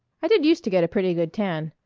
i did use to get a pretty good tan.